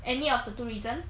any of the two reason